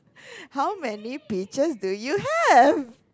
how many peaches do you have